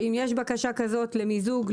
שאם יש בקשה כזאת למיזוג,